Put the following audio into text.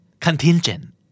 Contingent